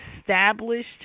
established